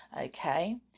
okay